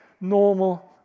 normal